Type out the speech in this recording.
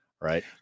right